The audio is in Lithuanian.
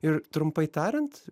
ir trumpai tariant